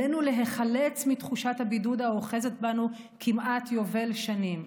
עלינו להיחלץ מתחושת הבידוד האוחזת בנו כמעט יובל שנים,